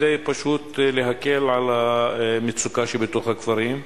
פשוט כדי להקל על המצוקה שבתוך הכפרים,